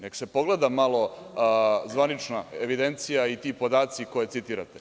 Nek se pogleda malo zvanična evidencija i ti podaci koje citirate.